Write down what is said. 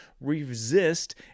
resist